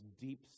deep